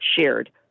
shared